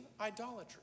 idolatry